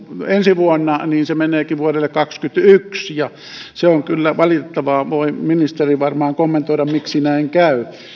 ensi vuonna niin se meneekin vuodelle kaksikymmentäyksi ja se on kyllä valitettavaa ministeri voi varmaan kommentoida miksi näin käy